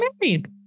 married